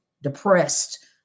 depressed